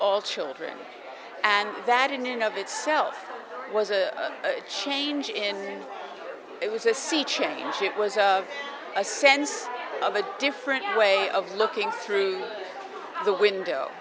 all children and that in and of itself was a change in it was a sea change it was a sense of a different way of looking through the window